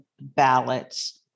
ballots